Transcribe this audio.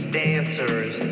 dancers